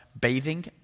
bathing